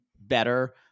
better